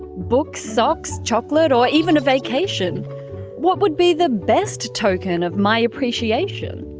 books, socks, chocolate, or even a vacation what would be the best token of my appreciation?